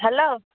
hello